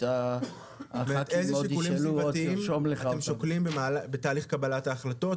איזה שיקולים סביבתיים אתם שוקלים בתהליך קבלת ההחלטות,